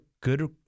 good